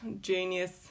genius